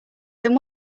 then